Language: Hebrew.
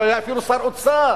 הוא היה אפילו שר אוצר.